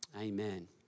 Amen